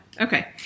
Okay